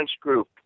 group